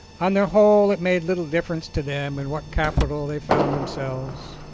on the whole it made little difference to them in what capital they found themselves,